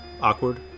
awkward